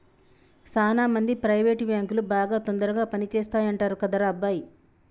సాన మంది ప్రైవేట్ బాంకులు బాగా తొందరగా పని చేస్తాయంటరు కదరా అబ్బాయి